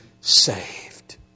saved